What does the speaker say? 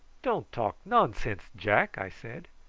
don't talk nonsense, jack! i said.